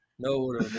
No